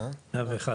(היו"ר אוהד טל)